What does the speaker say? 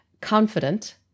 confident